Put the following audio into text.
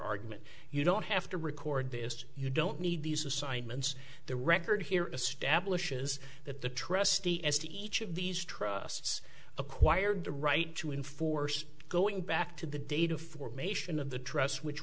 argument you don't have to record this you don't need these assignments the record here establishes that the trustee as to each of these trusts acquired the right to enforce going back to the date of formation of the trust which